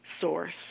source